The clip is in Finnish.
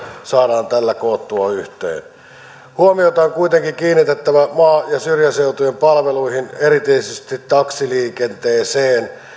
saadaan tällä koottua yhteen huomiota on kuitenkin kiinnitettävä maa ja syrjäseudun palveluihin erityisesti taksiliikenteeseen